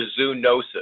zoonosis